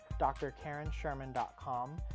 drkarensherman.com